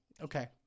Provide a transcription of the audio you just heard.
okay